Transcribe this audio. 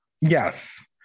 Yes